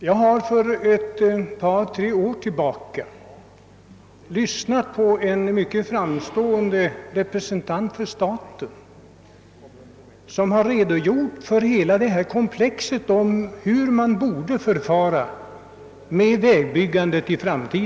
Jag lyssnade för ett par, tre år sedan till en mycket framstående representant för statsmakterna som redogjorde för hela frågekomplexet i anslutning till det framtida vägbyggandet.